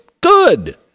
good